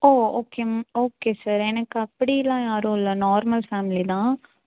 ஓ okay okay sir எனக்கு அப்படிலாம் யாரும் இல்லை நார்மல் ஃபேமிலி தான்